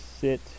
sit